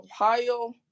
Ohio